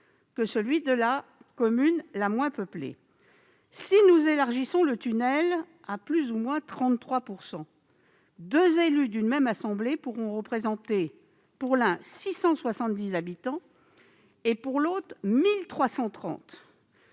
que celui de la commune la moins peuplée. Si nous élargissons le tunnel à plus ou moins 33 %, deux élus d'une même assemblée pourront représenter, pour l'un, 670 habitants et, pour l'autre, 1 330